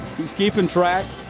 he's keeping track.